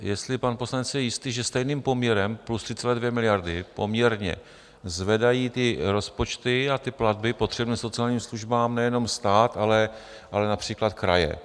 Jestli si je pan poslanec jistý, že stejným poměrem plus 3,2 miliardy poměrně zvedají ty rozpočty a ty platby potřebným sociálním službám nejenom stát, ale například kraje.